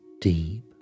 deep